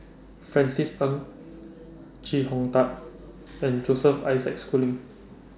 Francis Ng Chee Hong Tat and Joseph Isaac Schooling